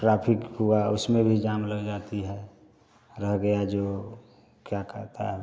traffic हुआ उसमें भी जाम लग जाती है रह गया जो क्या कहता है